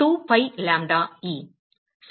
2 pi lambda e